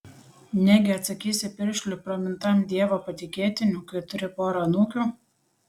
negi atsakysi piršliui pramintam dievo patikėtiniu kai turi porą anūkių